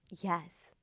Yes